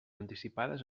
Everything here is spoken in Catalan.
anticipades